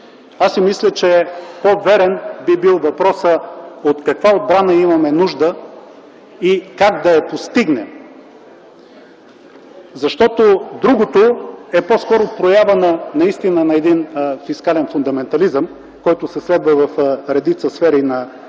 Аз си мисля, че по-верен би бил въпросът от каква отбрана имаме нужда и как да я постигнем? Защото другото е по-скоро проява наистина на един фискален фундаментализъм, който се следва в редица сфери на